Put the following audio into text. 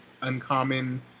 Uncommon